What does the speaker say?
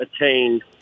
attained